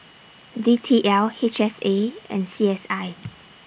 D T L H S A and C S I